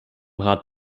rat